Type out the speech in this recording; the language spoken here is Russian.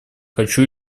хочу